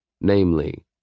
namely